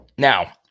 Now